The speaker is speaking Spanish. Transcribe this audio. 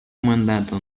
mandato